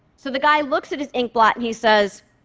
so the guy looks at his ink blot and he says,